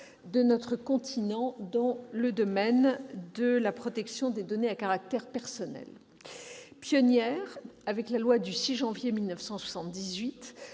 de notre continent dans le domaine de la protection des données à caractère personnel. Pionnière avec la loi du 6 janvier 1978,